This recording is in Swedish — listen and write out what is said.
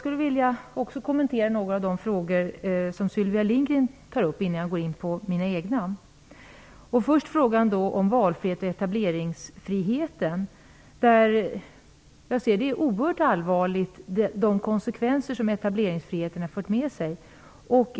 Innan jag går in på de frågor som jag själv ställt, skulle vilja kommentera även en del av dem som Sylvia Lindgren tar upp. När det gäller valfrihet och etableringsfrihet är de konsekvenser som etableringsfriheten fört med oerhört allvarliga.